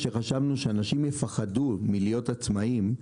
כשחשבנו שאנשים יפחדו מלהיות עצמאים,